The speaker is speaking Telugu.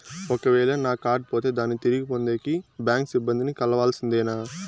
ఒక వేల నా కార్డు పోతే దాన్ని తిరిగి పొందేకి, బ్యాంకు సిబ్బంది ని కలవాల్సిందేనా?